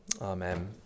Amen